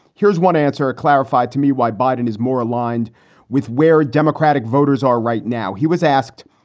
here's one answer clarified to me why biden is more aligned with where democratic voters are right now. he was asked,